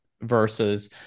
versus